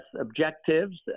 objectives